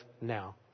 now